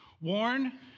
Warn